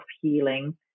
healing